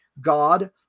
God